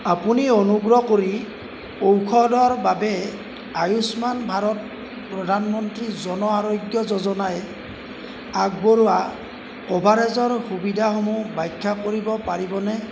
আপুনি অনুগ্ৰহ কৰি ঔষধৰ বাবে আয়ুষ্মান ভাৰত প্ৰধানমন্ত্ৰী জন আৰোগ্য যোজনাই আগবঢ়োৱা কভাৰেজৰ সুবিধাসমূহ বাখ্যা কৰিব পাৰিবনে